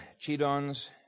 Chidon's